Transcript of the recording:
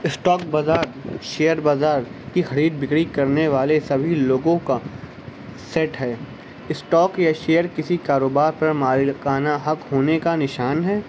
stock بازار share بازار کی خرید بکری کرنے والے سبھی لوگوں کا سیٹ ہے اسٹاک یا شیئر کسی کاروبار پر مالکانہ حق ہونے کا نشان ہے